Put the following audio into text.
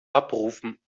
abrufen